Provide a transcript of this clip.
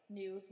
new